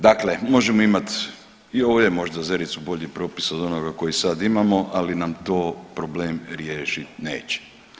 Dakle, možemo imati i ovo je možda zericu bolji propis od onoga koji sad imamo, ali nam to problem riješit neće.